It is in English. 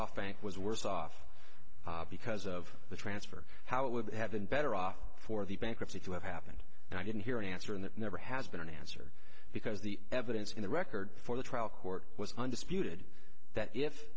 soft bank was worse off because of the transfer how it would have been better off for the bankruptcy to have happened and i didn't hear an answer and it never has been an answer because the evidence in the record before the trial court was undisputed that if